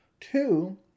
Two